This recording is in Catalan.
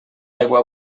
aigua